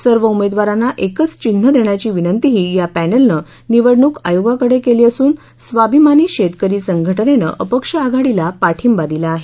सर्व उमेदवारांना एकच चिन्ह देण्याची विनंतीही या पॅनेलनं निवडणूक आयोगाकडे केली असून स्वाभिमानी शेतकरी संघटनेनं अपक्ष आघाडीला पाठिंबा दिला आहे